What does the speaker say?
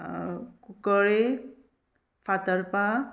कुकळ Fatorpa